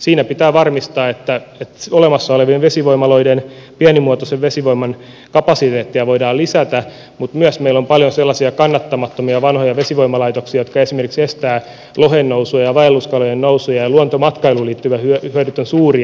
siinä pitää varmistaa että olemassa olevien vesivoimaloiden pienimuotoisen vesivoiman kapasiteettia voidaan lisätä mutta meillä on myös paljon sellaisia kannattamattomia vanhoja vesivoimalaitoksia jotka esimerkiksi estävät lohen ja vaelluskalojen nousua ja luontomatkailuun liittyvät hyödyt ovat suuria